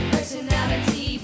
Personality